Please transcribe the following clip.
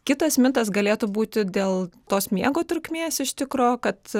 kitas mitas galėtų būti dėl tos miego trukmės iš tikro kad